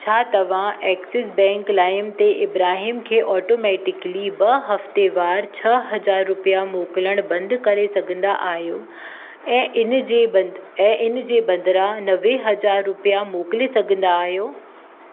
छा तव्हां Axis bank लाइम ते इब्राहिम खे ऑटोमैटिकली ॿ हफ़्तेवारु छह हज़ार रुपया मोकिलणु बंदि करे सघंदा आहियो ऐं इन जे बदि ऐं इन जे बदिरां नवे हज़ार रुपया मोकिले सघंदा आहियो